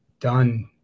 done